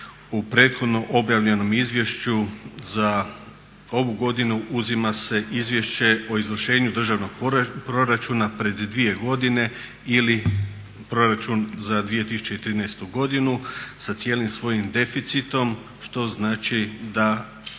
u prethodno objavljenom izvješću za ovu godinu uzima se Izvješće o izvršenju državnog proračuna pred dvije godine ili proračun za 2013. godinu sa cijelim svojim deficitom što znači da